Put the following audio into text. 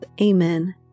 Amen